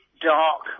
dark